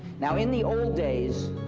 now in the old days,